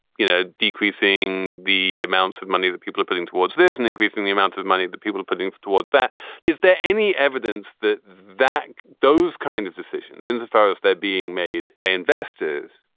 you know, decreasing the amounts of money that people are putting towards theirs and increasing the amount of money that people are putting towards that is there any evidence that that those kind of decisions, insofar as they're being made by investors,